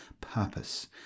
purpose